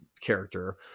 character